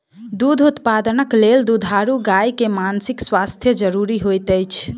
दूध उत्पादनक लेल दुधारू गाय के मानसिक स्वास्थ्य ज़रूरी होइत अछि